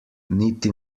niti